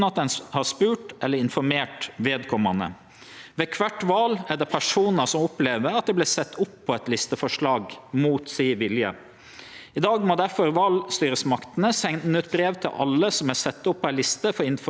I dag må difor valstyresmaktene sende ut brev til alle som er sette opp på ei liste, for å informere om dette, og at det er mogleg å søkje om fritak dersom vedkommande ikkje ønskjer å stille til val på den bestemte lista.